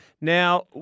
Now